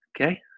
okay